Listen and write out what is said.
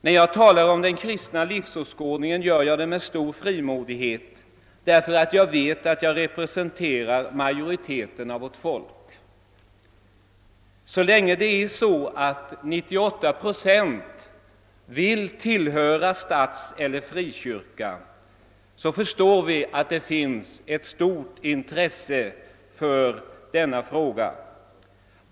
När jag talar om den kristna livsåskådningen gör jag det med stor frimodighet, därför att jag vet att jag representerar majoriteten av vårt folk. Så länge 98 procent vill tillhöra statseller frikyrka förstår vi att det finns ett stort intresse för denna fråga.